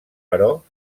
però